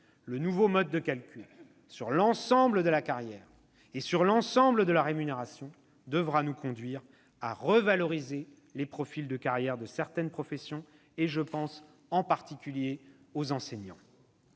le nouveau mode de calcul, sur l'ensemble de la carrière et sur l'ensemble de la rémunération, devra nous conduire à revaloriser les profils de carrière de certaines professions ; je pense en particulier aux enseignants.